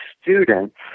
students